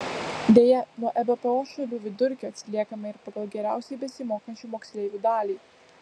deja nuo ebpo šalių vidurkio atsiliekame ir pagal geriausiai besimokančių moksleivių dalį